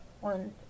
One